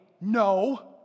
no